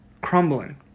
Crumbling